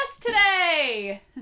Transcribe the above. today